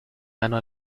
ganó